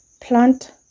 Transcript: Plant